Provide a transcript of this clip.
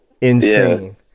Insane